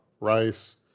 rice